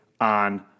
on